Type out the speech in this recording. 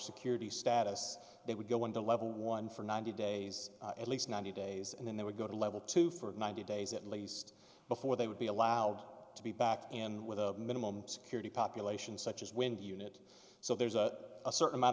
security status they would go under level one for ninety days at least ninety days and then they would go to level two for ninety days at least before they would be allowed to be back in with a minimum security population such as wind unit so there's a certain amount